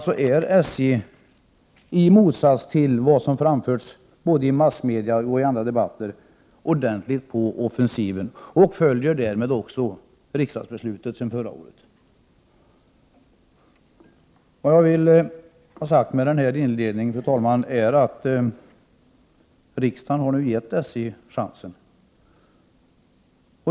SJ är alltså, i motsats till vad som har framförts i både massmedia och andra debatter, ordentligt på offensiven — och följer därmed riksdagens beslut sedan förra året. Fru talman! Vad jag vill ha sagt med denna inledning är att riksdagen har gett SJ chansen.